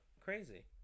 crazy